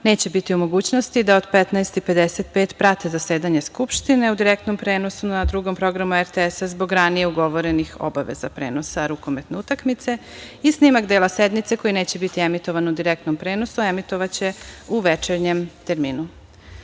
neće biti u mogućnosti da od 15.55 prate zasedanje skupštine u direktnom prenosu na Drugom programu RTS-a zbog ranije ugovorenih obaveza prenosa rukometne utakmice. Snimak dela sednice koji neće biti emitovan u direktnom prenosu emitovaće u večernjem terminu. Pošto